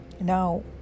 Now